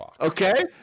okay